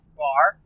bar